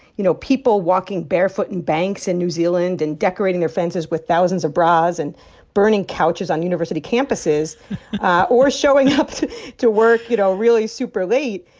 you know, people walking barefoot in banks in new zealand and decorating their fences with thousands of bras and burning couches on university campuses or showing up to work, you know, really super late.